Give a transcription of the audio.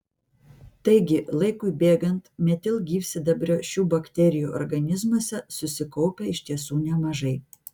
taigi laikui bėgant metilgyvsidabrio šių bakterijų organizmuose susikaupia iš tiesų nemažai